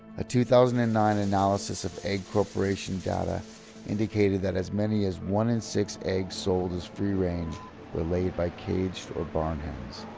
a two thousand and nine analysis of egg corporation data indicated that as many as one in six eggs sold as free range were laid by caged or barn hens.